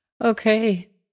Okay